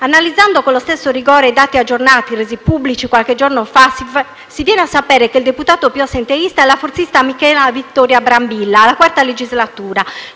Analizzando con lo stesso rigore i dati aggiornati, resi pubblici qualche giorno fa, si viene a sapere che il deputato più assenteista è la forzista Michela Vittoria Brambilla, alla sua quarta legislatura,